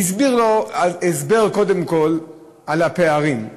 הוא הסביר לו הסבר, קודם כול, על הפערים,